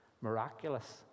Miraculous